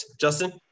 Justin